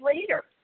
later